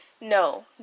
no